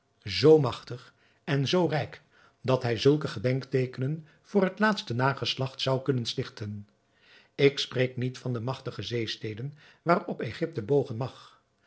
zoo magtig en zoo rijk dat hij zulke gedenkteekenen voor het laatste nageslacht zou kunnen stichten ik spreek niet van de magtige zeesteden waarop egypte bogen mag